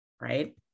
Right